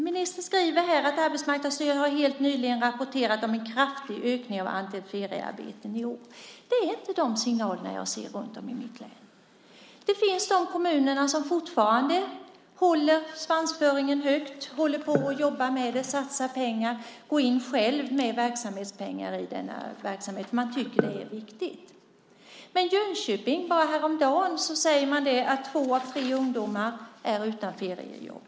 Ministern skriver här att Arbetsmarknadsstyrelsen helt nyligen har rapporterat om en kraftig ökning av antalet feriearbeten i år. Det är inte de signalerna jag ser runt om i mitt län. Det finns kommuner som fortfarande har en hög svansföring. De håller på och jobbar med det och satsar pengar. De går själva in med pengar i denna verksamhet, för de tycker att det är viktigt. I Jönköping sade man bara häromdagen att två av tre ungdomar är utan feriejobb.